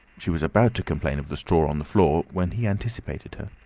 she was about to complain of the straw on the floor when he anticipated her.